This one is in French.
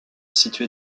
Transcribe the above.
située